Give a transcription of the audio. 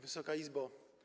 Wysoka Izbo!